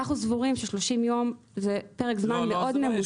אנחנו סבורים ש-30 ימים זה פרק זמן ממושך מאוד.